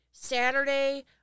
Saturday